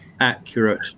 accurate